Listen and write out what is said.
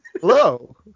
Hello